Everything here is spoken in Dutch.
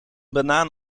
banaan